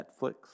Netflix